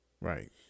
Right